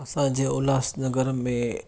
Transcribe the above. असां जे उल्हासनगर में